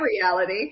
reality